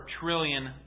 trillion